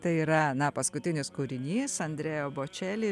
tai yra na paskutinis kūrinys andrea bočeli